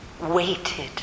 waited